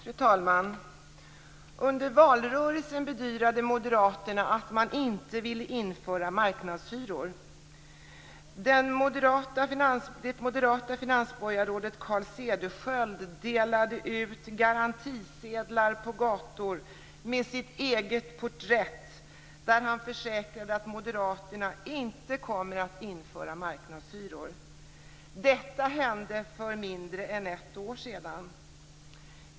Fru talman! Under valrörelsen bedyrade moderaterna att man inte ville införa marknadshyror. Det moderata finansborgarrådet Carl Cederschiöld delade ut "garantisedlar" på gatorna med sitt eget porträtt, där han försäkrade att moderaterna inte skulle införa marknadshyror. Detta hände för mindre än ett år sedan.